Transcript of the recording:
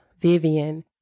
Vivian